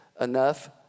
enough